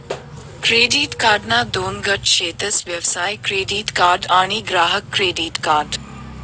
credit कार्डना दोन गट शेतस व्यवसाय क्रेडीट कार्ड आणि ग्राहक क्रेडीट कार्ड